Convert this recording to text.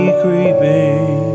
creeping